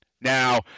Now